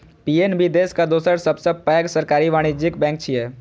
PNB देशक दोसर सबसं पैघ सरकारी वाणिज्यिक बैंक छियै